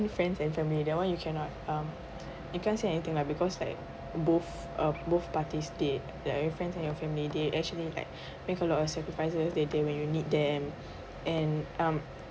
friends and family that one you cannot um you can't say anything lah because like they both uh have both parties did like your friends and your family they actually like make a lot of sacrifices they they when you need them and um